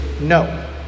no